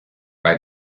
bei